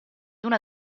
una